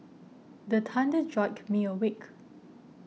the thunder jolt me awake